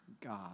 God